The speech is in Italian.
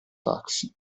taxi